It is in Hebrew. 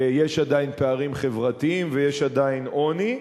ויש עדיין פערים חברתיים ויש עדיין עוני.